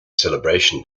celebration